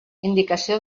indicació